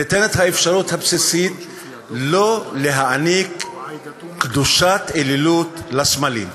ניתנת האפשרות הבסיסית שלא להעניק קדושת אלילות לסמלים.